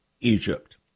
Egypt